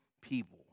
people